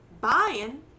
buying